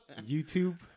YouTube